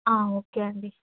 okay అండి